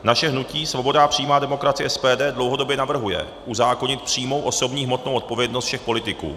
Naše hnutí Svoboda a přímá demokracie SPD dlouhodobě navrhuje uzákonit přímou osobní hmotnou odpovědnost všech politiků.